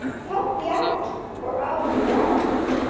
help me out or i'll be drowned.